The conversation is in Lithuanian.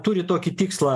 turi tokį tikslą